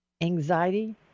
anxiety